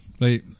right